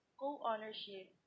co-ownership